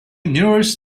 nourish